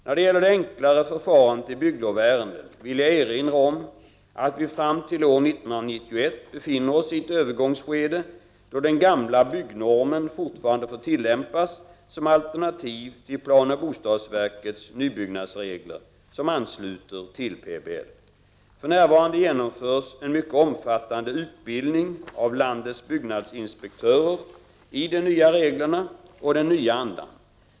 När det gäller det enklare förfarandet i bygglovsärenden vill jag erinra om att vi fram till år 1991 befinner oss i ett övergångsskede då den gamla byggnormen fortfarande får tillämpas som alternativ till planoch bostadsverkets nybyggnadsregler, som ansluter till PBL. För närvarande genomförs en mycket omfattande utbildning av landets byggnadsinspektörer i de nya reglerna och den nya andan.